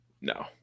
No